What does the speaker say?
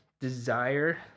desire